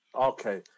Okay